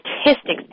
statistics